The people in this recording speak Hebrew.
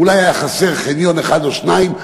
אולי היה חסר חניון אחד או שניים.